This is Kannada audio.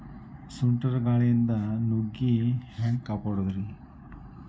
ಸುಂಟರ್ ಗಾಳಿಯಿಂದ ನುಗ್ಗಿ ಹ್ಯಾಂಗ ಕಾಪಡೊದ್ರೇ?